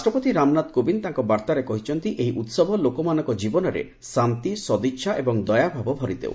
ରାଷ୍ଟ୍ରପତି ରାମନାଥ କୋବିନ୍ଦ ତାଙ୍କ ବାର୍ତ୍ତାରେ କହିଛନ୍ତି ଏହି ଉସବ ଲୋକମାନଙ୍କ ଜୀବନରେ ଶାନ୍ତି ସଦିଚ୍ଛା ଏବଂ ଦୟାଭାବ ଭରିଦେଉ